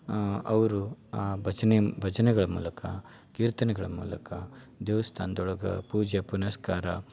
ಅವರು ಆ ಭಜನೆ ಭಜನೆಗಳ ಮೂಲಕ ಕೀರ್ತನೆಗಳ ಮೂಲಕ ದೇವಸ್ಥಾನ್ದೊಳಗೆ ಪೂಜೆ ಪುನಸ್ಕಾರ